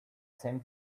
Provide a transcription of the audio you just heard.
same